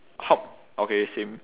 how okay same